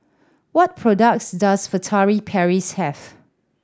what products does Furtere Paris have